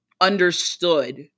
understood